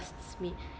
me